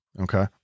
okay